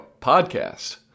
podcast